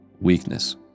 weakness